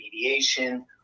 mediation